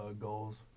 goals